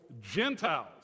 gentiles